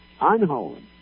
unholy